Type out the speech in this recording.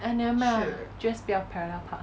!aiya! nevermind lah just 不要 parallel park